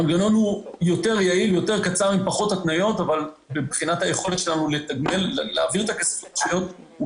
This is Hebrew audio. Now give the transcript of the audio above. המנגנון יותר יעיל אבל מבחינת היכולת שלנו להעביר את הכסף לרשויות הוא